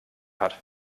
hat